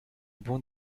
bon